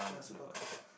ya super car